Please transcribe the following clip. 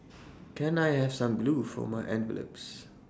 can I have some glue for my envelopes